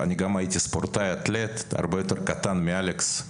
אני גם הייתי ספורטאי אתלט, הרבה יותר קטן מאלכס.